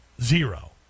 Zero